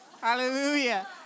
Hallelujah